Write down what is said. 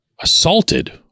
assaulted